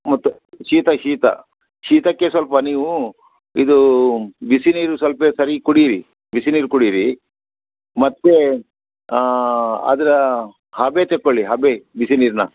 ಮತ್ತು ಶೀತ ಶೀತ ಶೀತಕ್ಕೆ ಸ್ವಲ್ಪ ನೀವು ಇದು ಬಿಸಿ ನೀರು ಸ್ವಲ್ಪ ಸರಿ ಕುಡಿಯಿರಿ ಬಿಸಿ ನೀರು ಕುಡಿಯಿರಿ ಮತ್ತು ಅದರ ಹಬೆ ತೆಕ್ಕೊಳ್ಳಿ ಹಬೆ ಬಿಸಿ ನೀರಿನ